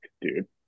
dude